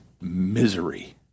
misery